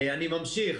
אני ממשיך